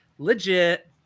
Legit